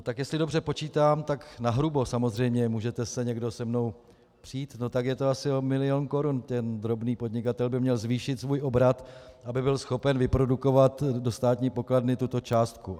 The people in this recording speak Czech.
Tak jestli dobře počítám nahrubo, samozřejmě, můžete se někdo se mnou přít tak je to asi o milion korun by měl ten drobný podnikatel zvýšit svůj obrat, aby byl schopen vyprodukovat do státní pokladny tuto částku.